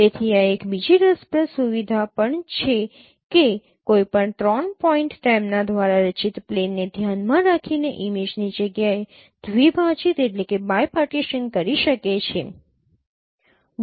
તેથી આ એક બીજી રસપ્રદ સુવિધા પણ છે કે કોઈપણ 3 પોઇન્ટ તેમના દ્વારા રચિત પ્લેનને ધ્યાનમાં રાખીને ઇમેજની જગ્યાને દ્વિભાજિત કરી શકે છે